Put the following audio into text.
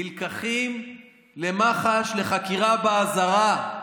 הם נלקחים למח"ש לחקירה באזהרה.